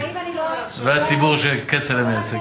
והציבור שכצל'ה מייצג.